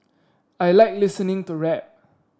I like listening to rap